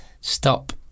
Stop